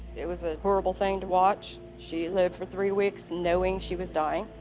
it was a horrible thing to watch. she lived for three weeks, knowing she was dying.